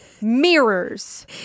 mirrors